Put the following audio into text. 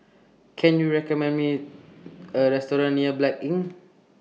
Can YOU recommend Me A Restaurant near Blanc Inn